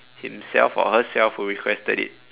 himself or herself who requested it